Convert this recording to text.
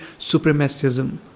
supremacism